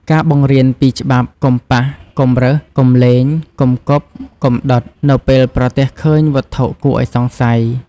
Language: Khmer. ការបង្រៀនពីច្បាប់ កុំប៉ះ កុំរើស កុំលេង កុំគប់ កុំដុត នៅពេលប្រទះឃើញវត្ថុគួរឱ្យសង្ស័យ។